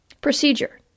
Procedure